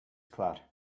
clar